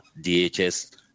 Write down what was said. DHS